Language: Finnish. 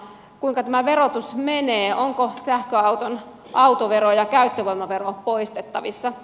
kuinka tämä verotus menee onko sähköauton autovero ja käyttövoimavero poistettavissa